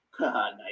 Nice